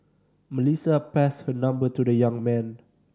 Melissa passed her number to the young man